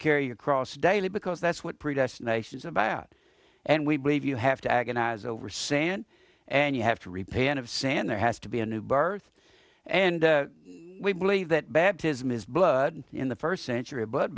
carry your cross daily because that's what predestination is about and we believe you have to agonize over sand and you have to repay and of sand there has to be a new birth and we believe that baptism is blood in the first century but